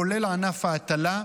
כולל ענף ההטלה,